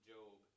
Job